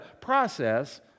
process